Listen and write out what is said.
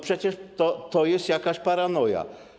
Przecież to jest jakaś paranoja.